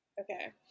Okay